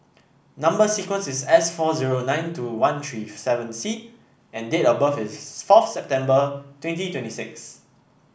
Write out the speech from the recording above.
number sequence is S four zero nine two one three seven C and date of birth is fourth September twenty twenty six